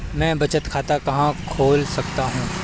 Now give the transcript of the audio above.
मैं बचत खाता कहाँ खोल सकता हूँ?